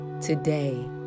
Today